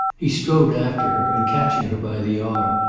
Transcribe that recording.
he strode after her and catching her by the arm,